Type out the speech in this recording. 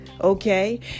okay